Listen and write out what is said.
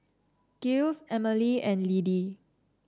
Giles Emilee and Lidie